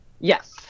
Yes